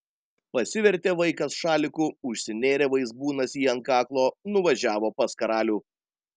pasivertė vaikas šaliku užsinėrė vaizbūnas jį ant kaklo nuvažiavo pas karalių